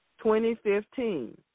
2015